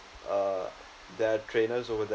uh there are trainers over there